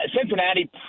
Cincinnati